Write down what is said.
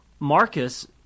Marcus